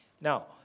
Now